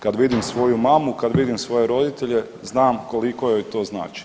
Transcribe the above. Kada vidim svoju mamu, kada vidim svoje roditelje znam koliko joj to znači.